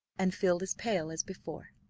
and filled his pail as before.